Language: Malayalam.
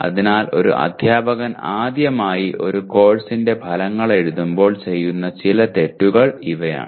അതിനാൽ ഒരു അദ്ധ്യാപകൻ ആദ്യമായി ഒരു കോഴ്സിന്റെ ഫലങ്ങൾ എഴുതുമ്പോൾ ചെയ്യുന്ന ചില തെറ്റുകൾ ഇവയാണ്